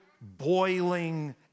boiling